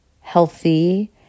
healthy